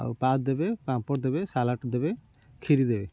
ଆଉ ପାସ୍ ଦେବେ ପାମ୍ପଡ଼ ଦେବେ ସାଲାଡ଼ ଦେବେ ଖିରୀ ଦେବେ